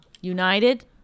United